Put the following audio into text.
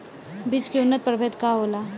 बीज के उन्नत प्रभेद का होला?